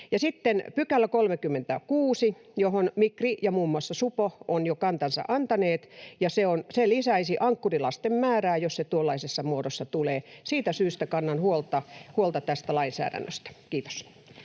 sitten 36 §, johon Migri ja muun muassa supo ovat jo kantansa antaneet: se lisäisi ankkurilasten määrää, jos se tuollaisessa muodossa tulee. Siitä syystä kannan huolta tästä lainsäädännöstä. — Kiitos.